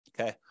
Okay